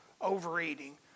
overeating